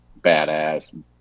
badass